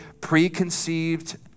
preconceived